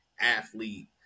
athlete